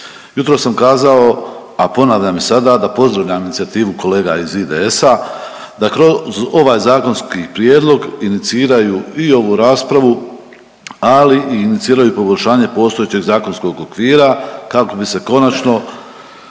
Jutros sam kazao, a ponavljam i sada da pozdravljam inicijativu kolega iz IDS-a da kroz ovaj zakonski prijedlog iniciraju i ovu raspravu, ali i iniciraju poboljšanje postojećeg zakonskog okvira kako bi se konačno